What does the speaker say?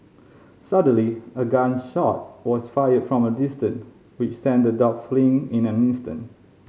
suddenly a gun shot was fired from a distance which sent the dogs fleeing in an instant